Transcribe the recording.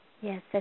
yes